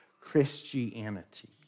Christianity